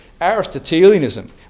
Aristotelianism